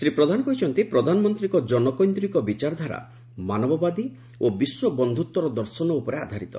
ଶ୍ରୀ ପ୍ରଧାନ କହିଛନ୍ତି ପ୍ରଧାନମନ୍ତୀଙ୍କ ଜନକେନ୍ଦ୍ରିକ ବିଚାରଧାରା ମାନବବାଦୀ ଓ ବିଶ୍ୱ ବନ୍ଧୁତ୍ୱର ଦର୍ଶନ ଉପରେ ଆଧାରିତ